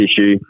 issue